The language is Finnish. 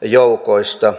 joukoista